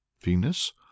venus